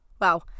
Wow